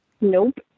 Nope